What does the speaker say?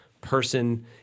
person